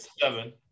seven